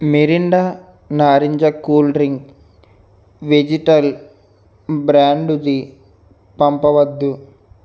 Mirinda నారింజ cool drink వెజిటల్ బ్రాండుది పంపవద్దు